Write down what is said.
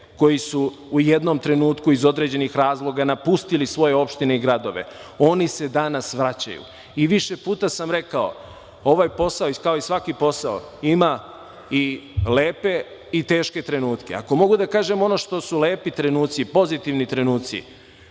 koji su u jednom trenutku iz određenih razloga napustili svoje opštine i gradove. Oni se danas svraćaju. Više puta sam rekao, ovaj posao kao i svaki posao ima i lepe i teške trenutke. Ako mogu da kažem ono što su lepi trenuci, pozitivni trenuci,